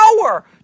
power